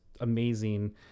amazing